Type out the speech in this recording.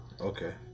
Okay